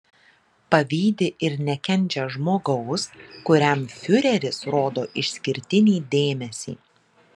pavydi ir nekenčia žmogaus kuriam fiureris rodo išskirtinį dėmesį